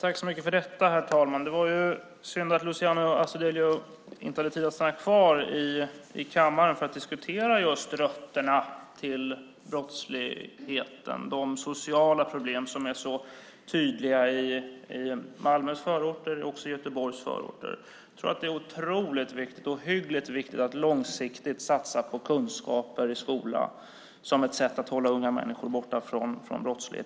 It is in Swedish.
Herr talman! Det var synd att Luciano Astudillo inte hade tid att stanna kvar i kammaren för att diskutera rötterna till brottsligheten, de sociala problem som är så tydliga i Malmös förorter och i Göteborgs förorter. Jag tror att det är ohyggligt viktigt att långsiktigt satsa på kunskaper i skola som ett sätt att hålla unga människor borta från brottslighet.